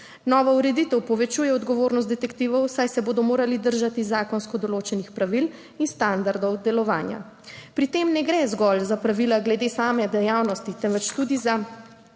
Nova ureditev povečuje odgovornost detektivov, saj se bodo morali držati zakonsko določenih pravil in standardov delovanja. Pri tem ne gre zgolj za pravila glede same dejavnosti, temveč tudi za